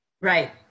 Right